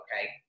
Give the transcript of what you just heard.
okay